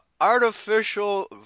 artificial